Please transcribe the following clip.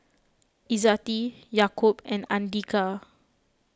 Izzati Yaakob and andika